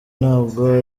ntabwo